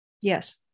Yes